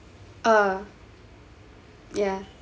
uh yeah